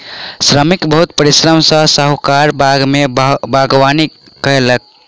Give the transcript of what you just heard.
श्रमिक बहुत परिश्रम सॅ साहुकारक बाग में बागवानी कएलक